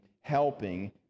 helping